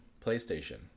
PlayStation